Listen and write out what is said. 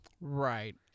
Right